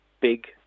big